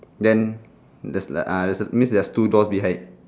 then there's a ah that means there's two doors behind